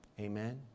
Amen